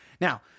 Now